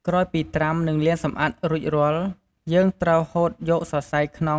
ក្រោយពីត្រាំ និងលាងសម្អាតរួចរាល់ យើងត្រូវហូតយកសរសៃខ្នងរបស់បង្គាចេញម្ដងមួយ។